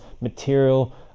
material